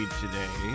today